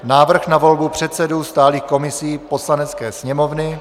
Návrh na volbu předsedů stálých komisí Poslanecké sněmovny;